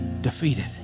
defeated